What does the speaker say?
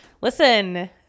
listen